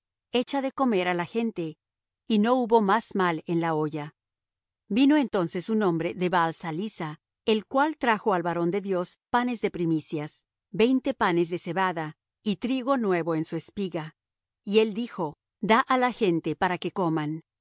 echa de comer á la gente y no hubo más mal en la olla vino entonces un hombre de baal salisa el cual trajo al varón de dios panes de primicias veinte panes de cebada y trigo nuevo en su espiga y él dijo da á la gente para que coman